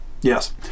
Yes